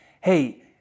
hey